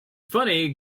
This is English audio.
funny